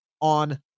on